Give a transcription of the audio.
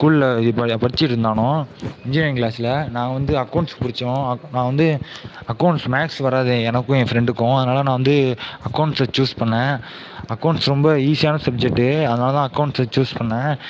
ஸ்கூலில் படிச்சுட்டு இருந்தானுக இன்ஜினியரிங் கிளாஸில் நாங்கள் வந்து அக்கவுண்ட்ஸ் படித்தோம் நான் வந்து அக்கவுண்ட்ஸ் மேக்ஸ் வராது எனக்கும் என் பிரண்டுக்கும் அதனால் நான் வந்து அக்கவுண்ட்ஸை சூஸ் பண்ணேன் அக்கௌண்ட்ஸ் ரொம்ப ஈசியான சப்ஜெக்ட்டு அதனால தான் அக்கௌண்ட்ஸை சூஸ் பண்ணேன்